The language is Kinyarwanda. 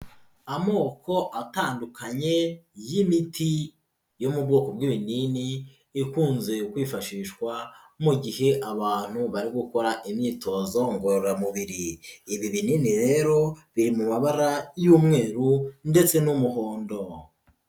Amoko atandukanye y'imiti yo mu bwoko bw'ibinini, ikunze kwifashishwa mu gihe abantu bari gukora imyitozo ngororamubiri, ibi binini rero biri mu mabara y'umweru ndetse n'umuhondo.